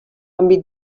àmbit